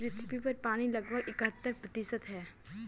पृथ्वी पर पानी लगभग इकहत्तर प्रतिशत है